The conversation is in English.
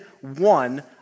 one